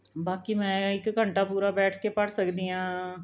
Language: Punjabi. ਬਾਕੀ ਮੈਂ ਇੱਕ ਘੰਟਾ ਪੂਰਾ ਬੈਠ ਕੇ ਪੜ੍ਹ ਸਕਦੀ ਹਾਂ